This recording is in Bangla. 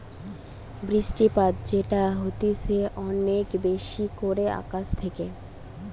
বৃষ্টিপাত যেটা হতিছে অনেক বেশি করে আকাশ থেকে